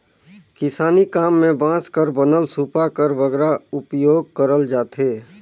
किसानी काम मे बांस कर बनल सूपा कर बगरा उपियोग करल जाथे